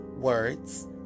words